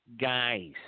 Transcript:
guys